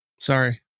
Sorry